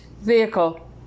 vehicle